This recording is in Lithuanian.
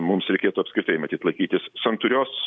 mums reikėtų apskritai matyt laikytis santūrios